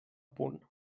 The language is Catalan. punt